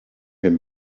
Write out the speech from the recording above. him